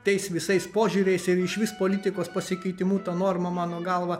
tais visais požiūriais ir išvis politikos pasikeitimu ta norma mano galva